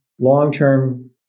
long-term